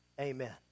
Amen